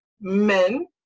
men